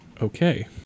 Okay